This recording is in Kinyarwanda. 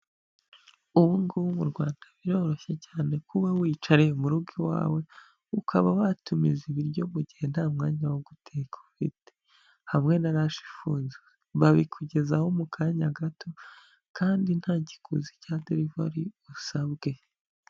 Ubungubu mu Rwanda biroroshye cyane kuba wicaye muru rugo iwawe ukaba watumiza ibiryo mugihe ntamwanya woguteka ufite, hamwe na rash ifunze babikugezaho mu kanya gato kandi nta gikuzi cya delivery usabwe.